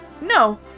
no